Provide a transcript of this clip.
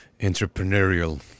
entrepreneurial